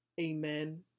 amen